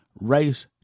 race